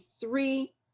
three